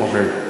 אוקיי.